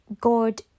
God